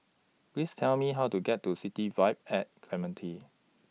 Please Tell Me How to get to City Vibe At Clementi